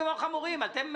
חמור?